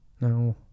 No